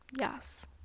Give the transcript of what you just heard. Yes